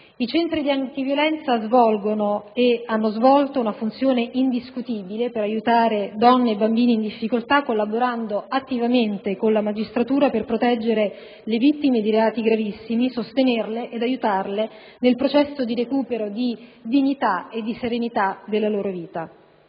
I centri antiviolenza svolgono ed hanno svolto una funzione indiscutibile per aiutare donne e bambini in difficoltà, collaborando attivamente con la magistratura per proteggere le vittime di reati gravissimi, sostenerle ed aiutarle nel processo di recupero di dignità e di serenità della loro vita.